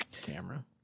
Camera